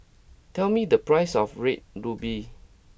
tell me the price of Red Ruby